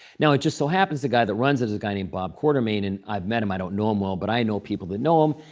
now, it just so happens the guy that runs it is a guy named bob quartermain. and i've met him. i don't know him well. but i know people that know him.